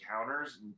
encounters